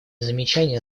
замечания